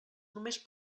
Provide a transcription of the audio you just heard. només